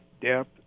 depth